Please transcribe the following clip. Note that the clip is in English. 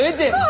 did